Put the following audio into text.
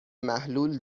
محلول